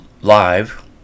live